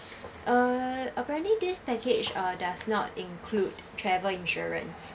uh apparently this package uh does not include travel insurance